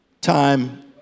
time